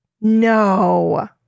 No